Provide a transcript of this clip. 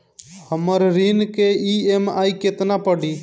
हमर ऋण के ई.एम.आई केतना पड़ी?